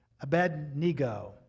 Abednego